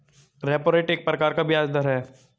repo rate एक प्रकार का ब्याज़ दर है